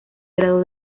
graduó